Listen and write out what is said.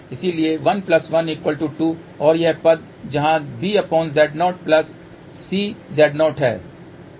इसलिए 1 1 2 और यह पद यहाँ BZ0CZ0 है